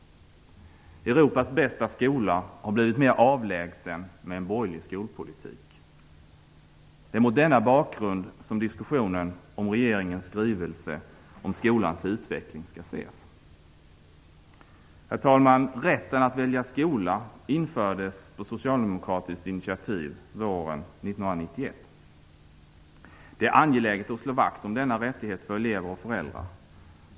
Europas bästa skola har blivit mer avlägsen med en borgerlig skolpolitik. Det är mot denna bakgrund diskussionen om regeringens skrivelse om skolans utveckling skall ses. Herr talman! Rätten att välja skola infördes på socialdemokratiskt initiativ våren 1991. Det är angeläget att slå vakt om denna rättighet för elever och föräldrar.